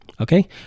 okay